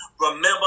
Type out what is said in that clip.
Remember